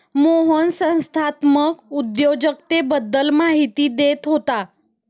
मोहन संस्थात्मक उद्योजकतेबद्दल माहिती देत होता